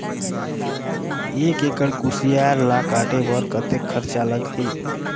एक एकड़ कुसियार ल काटे बर कतेक खरचा लगही?